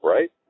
Right